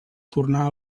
tornar